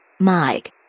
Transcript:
Mike